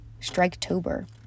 Striketober